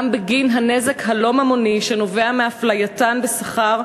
בגין הנזק הלא-ממוני שנובע מאפלייתן בשכר,